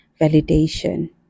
validation